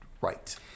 right